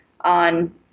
on